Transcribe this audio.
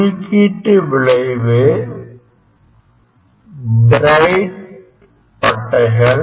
குறுக்கீட்டு விளைவு பிரைட் பட்டைகள்